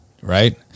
right